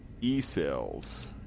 e-cells